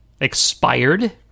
expired